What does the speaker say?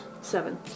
Seven